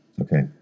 Okay